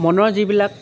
মনৰ যিবিলাক